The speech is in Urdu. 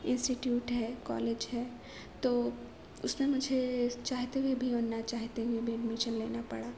انسٹیٹیوٹ ہے کالج ہے تو اس میں مجھے چاہتے ہوئے بھی اور نہ چاہتے ہوئے بھی ایڈمیشن لینا پڑا